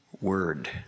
word